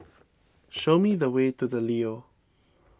show me the way to the Leo